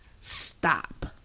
stop